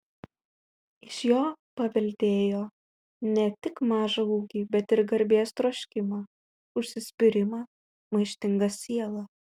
iš jo paveldėjo ne tik mažą ūgį bet ir garbės troškimą užsispyrimą maištingą sielą